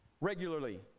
regularly